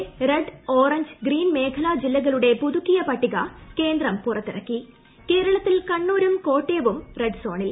രാജ്യത്തെ red orange green മേഖലാ ജില്ലകളുടെ പുതുക്കിയ പട്ടിക ക്രിന്ദ്ര് പുറത്തിറക്കി കേരളത്തിൽ കണ്ണൂരും കോട്ടയവും റെഡ് സോണിൽ